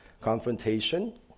confrontation